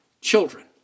children